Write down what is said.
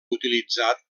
utilitzat